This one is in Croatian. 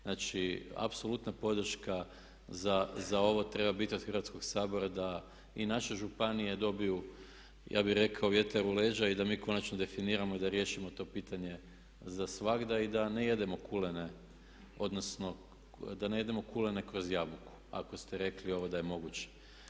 Znači, apsolutna podrška za ovo treba biti od Hrvatskog sabora da i naše županije dobiju ja bih rekao vjetar u leđa i da mi konačno definiramo i riješimo to pitanje zasvagda i da ne jedemo kulene odnosno da ne jedemo kulene kroz jabuku, ako ste rekli ovo da je moguće.